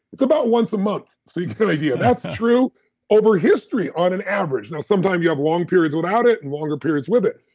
it's about once a month. so you kind of hear that's true over history on an average. now, sometime you have long periods without it, and longer periods with it.